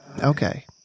okay